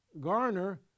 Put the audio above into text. Garner